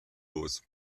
los